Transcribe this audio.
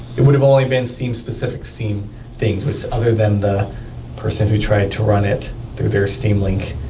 it would have only been steam, specific steam things, which other than the person who tried to run it through their steam link